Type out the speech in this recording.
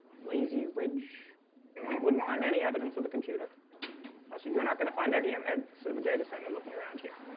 lazy ridge and you wouldn't find any evidence of the computer ah so you're not going to find any i'm at the data center looking around here